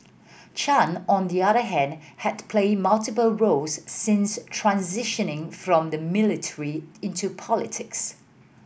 Chan on the other hand had played multiple roles since transitioning from the military into politics